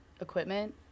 equipment